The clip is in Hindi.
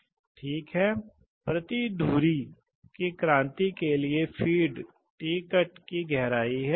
इसलिए कभी कभी इस Pd Pu दबाव को बनाए रखने की आवश्यकता होती है